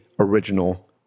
original